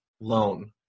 loan